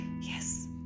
Yes